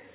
– i